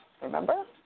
Remember